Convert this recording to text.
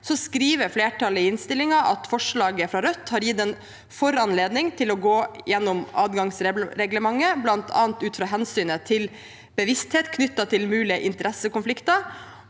skriver flertallet i innstillingen at forslaget fra Rødt har gitt en foranledning til å gå gjennom adgangsreglementet, bl.a. ut fra hensynet til bevissthet knyttet til mulige interessekonflikter.